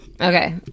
Okay